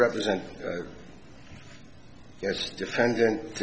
represent defendant